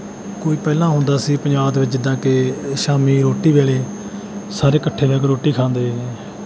ਕੋਈ ਪਹਿਲਾਂ ਹੁੰਦਾ ਸੀ ਪੰਜਾਬ ਦੇ ਵਿੱਚ ਜਿੱਦਾਂ ਕਿ ਸ਼ਾਮੀ ਰੋਟੀ ਵੇਲੇ ਸਾਰੇ ਇਕੱਠੇ ਬਹਿ ਕੇ ਰੋਟੀ ਖਾਂਦੇ